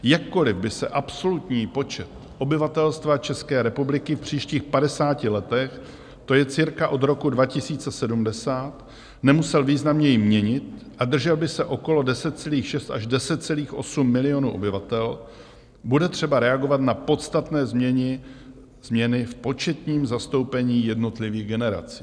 Jakkoliv by se absolutní počet obyvatelstva České republiky v příštích padesáti letech, to je cirka od roku 2070, nemusel významněji měnit a držel by se okolo 10,6 až 10,8 milionu obyvatel, bude třeba reagovat na podstatné změny v početním zastoupení jednotlivých generací.